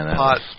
hot